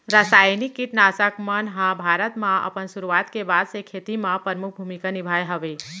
रासायनिक किट नाशक मन हा भारत मा अपन सुरुवात के बाद से खेती मा परमुख भूमिका निभाए हवे